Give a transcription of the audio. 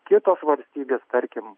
kitos valstybės tarkim